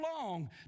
long